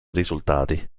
risultati